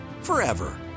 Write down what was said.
forever